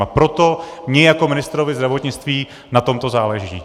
A proto mně jako ministrovi zdravotnictví na tomto záleží.